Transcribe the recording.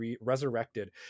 resurrected